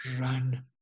run